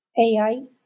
AI